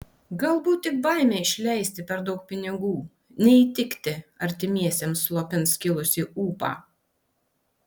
galbūt tik baimė išleisti per daug pinigų neįtikti artimiesiems slopins kilusį ūpą